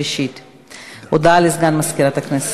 הרשות מלבה את היצרים.